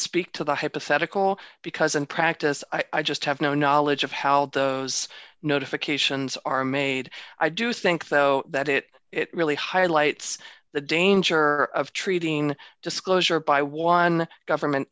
speak to the hypothetical because in practice i just have no knowledge of how those notifications are made i do think though that it it really highlights the danger of treating disclosure by one government